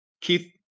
Keith